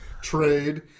Trade